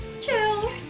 chill